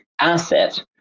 asset